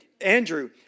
Andrew